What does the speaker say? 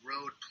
road